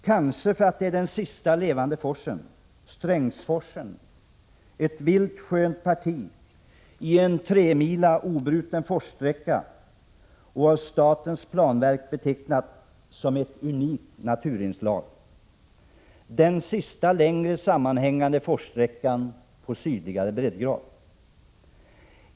Kanske är det för att det är den sista levande forsen. Strängsforsen — ett vilt skönt parti i en tremila obruten forssträcka och av statens planverk betecknad som ett unikt naturinslag. Strängsforsen är den sista längre sammanhängande forssträckan på sydligare breddgrader.